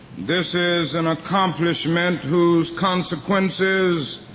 this is an accomplishment whose consequences